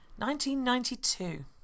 1992